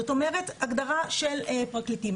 זאת אומרת, הגדרה של פרקליטים.